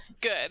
Good